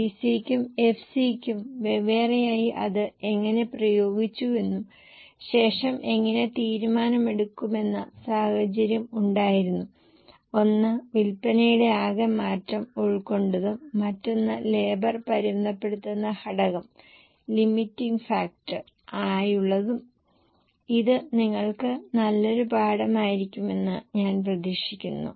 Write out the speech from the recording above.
നിങ്ങൾക്ക് എല്ലാം വ്യക്ത മാകുമെന്ന് ഞാൻ പ്രതീക്ഷിക്കുന്നു ഞാൻ സോൾവ് ചെയ്യുന്നപോലെ ദയവായി അത് സോൾവ് ചെയ്യാൻ ശ്രമിക്കുക ഇപ്പോൾ ഞാൻ ചെയ്തതെന്തും നിങ്ങൾക്ക് ക്രോസ് ചെക്ക് ചെയ്യാം